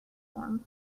warm